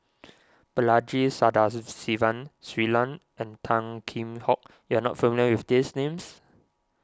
Balaji Shui Lan and Tan Kheam Hock you are not familiar with these names